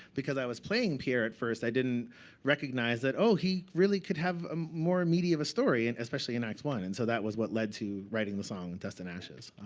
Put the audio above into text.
because i was playing pierre at first, i didn't recognize that, oh, he really could have um more meaty of a story, and especially in act one. and so that was what led to writing the song dust and ashes.